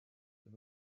they